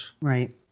Right